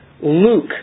Luke